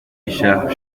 richard